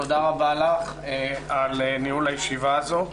תודה רבה לך על ניהול הישיבה הזו.